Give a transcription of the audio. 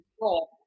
control